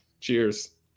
Cheers